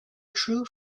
true